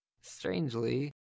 Strangely